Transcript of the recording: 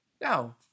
Now